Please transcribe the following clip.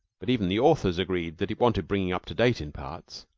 but even the authors agreed that it wanted bringing up-to-date in parts.